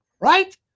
Right